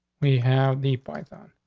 we have the python.